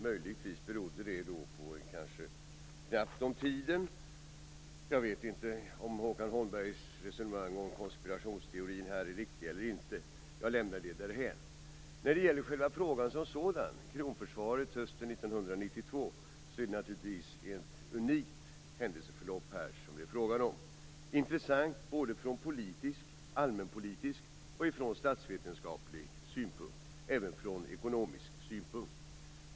Möjligtvis berodde det på brist på tid. Jag vet inte om Håkan Holmbergs resonemang om en konspirationsteori är riktig eller inte. Jag lämnar det därhän. Försvaret av kronan hösten 1992 är ett unikt händelseförlopp. Förloppet är intressant från politisk, allmänpolitisk, statsvetenskaplig och ekonomisk synpunkt.